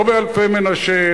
לא באלפי-מנשה,